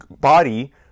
body